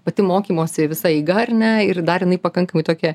pati mokymosi visa eiga ar ne ir dar jinai pakankamai tokia